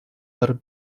her